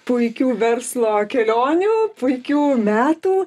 puikių verslo kelionių puikių metų